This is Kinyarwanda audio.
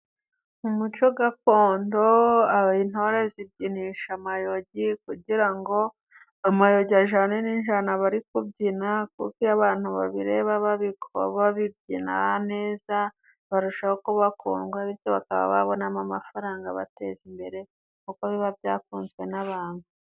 Mu muco gakondo, intore zibyinisha amayogi kugira ngo amayogi ajane n'ijana kuko iyo abantu babireba babibyina neza, barushaho kubakundwa bityo bakaba babonamo amafaranga abateza imbere kuko biba byakunzwe n'abantu.